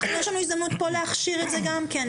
יש לנו הזדמנות להכשיר את זה פה גם כן,